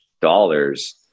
dollars